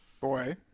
boy